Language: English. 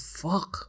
fuck